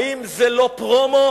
האם זה לא פרומו?